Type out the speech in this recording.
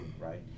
right